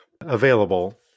available